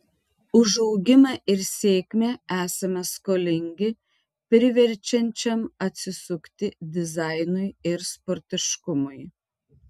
už augimą ir sėkmę esame skolingi priverčiančiam atsisukti dizainui ir sportiškumui